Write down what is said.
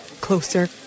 closer